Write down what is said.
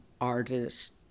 artist